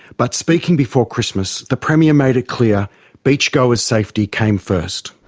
but speaking before christmas, the premier made it clear beach goers' safety came first.